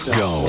go